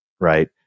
right